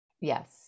yes